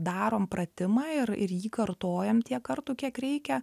darom pratimą ir jį kartojam tiek kartų kiek reikia